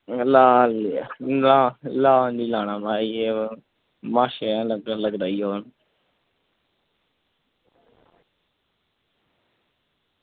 लाल नीला लाल निं लैना म्हाराज ओह् महाशें आह्ला लगदा ई ओह्